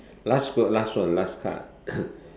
last quote last one last card